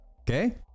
okay